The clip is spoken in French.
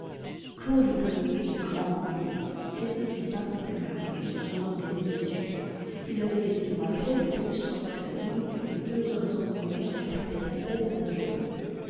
claude gueux était grand mangeur c'était une particularité de son organisation il avait l'estomac fait de telle sorte que la nourriture de deux hommes ordinaires suffisait à peine à sa journée